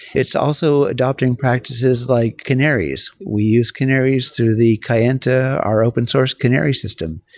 it's also adapting practices like canaries. we use canaries through the kayenta, our open source canary system.